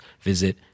visit